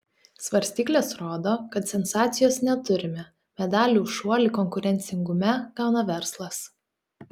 svarstyklės rodo kad sensacijos neturime medalį už šuolį konkurencingume gauna verslas